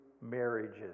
marriages